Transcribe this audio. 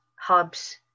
hubs